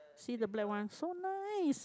see the black one so nice